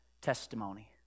Testimony